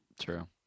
True